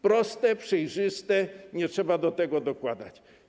Proste, przejrzyste, nie trzeba do tego dokładać.